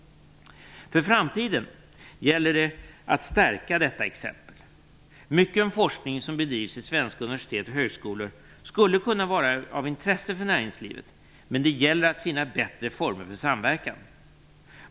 För framtiden gäller det att stärka detta exempel. Mycken forskning som bedrivs vid svenska universitet och högskolor skulle kunna vara av intresse för näringslivet, men det gäller att finna bättre former för samverkan.